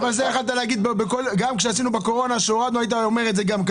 גם כשעשינו את זה בקורונה, יכולת להגיד את זה.